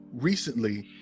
recently